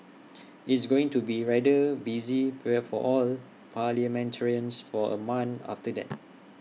it's going to be rather busy period for all parliamentarians for A month after that